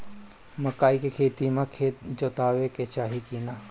मकई के खेती मे खेत जोतावे के चाही किना?